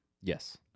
Yes